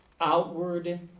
outward